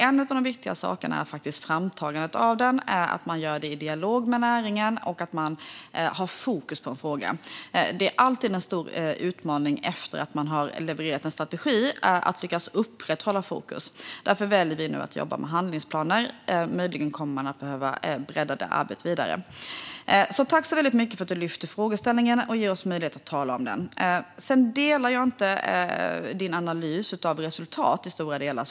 En av de viktiga sakerna är faktiskt framtagandet av den: att man gör det i dialog med näringen och att man har fokus på en fråga. Det är alltid en stor utmaning att lyckas upprätthålla fokus efter att man har levererat en strategi. Därför väljer vi nu att jobba med handlingsplaner. Möjligen kommer man att behöva bredda det arbetet vidare. Tack så mycket för att du lyfter frågeställningen och ger oss möjlighet att tala om den! Sedan delar jag såklart inte din analys av resultat i stora delar.